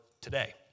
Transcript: today